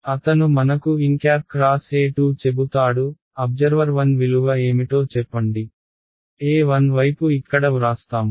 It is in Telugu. అతను మనకు nxE2 చెబుతాడు అబ్జర్వర్ 1 విలువ ఏమిటో చెప్పండి E1 వైపు ఇక్కడ వ్రాస్తాము